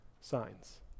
signs